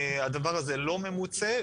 הדבר הזה לא ממוצה.